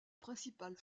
principale